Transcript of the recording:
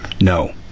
no